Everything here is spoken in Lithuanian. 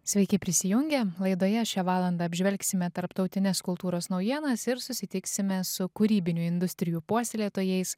sveiki prisijungę laidoje šią valandą apžvelgsime tarptautines kultūros naujienas ir susitiksime su kūrybinių industrijų puoselėtojais